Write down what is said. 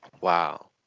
Wow